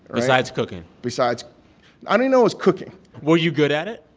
besides cooking besides i didn't know it was cooking were you good at it?